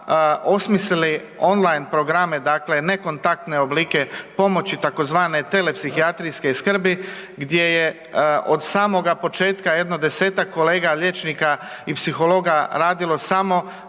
osmislili on-line programe, dakle ne kontaktne oblike pomoći tzv. telepsihijatrijske skrbi gdje je od samoga početka jedno 10-tak kolega liječnika i psihologa radilo samo